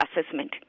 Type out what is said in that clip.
assessment